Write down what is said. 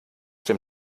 dem